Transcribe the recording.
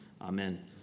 Amen